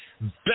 best